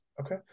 okay